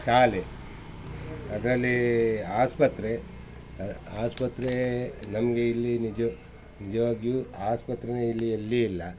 ಶಾಲೆ ಅದ್ರಲ್ಲಿ ಆಸ್ಪತ್ರೆ ಆಸ್ಪತ್ರೆ ನಮಗೆ ಇಲ್ಲಿ ನಿಜ್ವ ನಿಜವಾಗ್ಯೂ ಆಸ್ಪತ್ರೆನೇ ಇಲ್ಲಿ ಎಲ್ಲಿಯೂ ಇಲ್ಲ